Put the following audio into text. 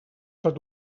tot